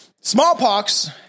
Smallpox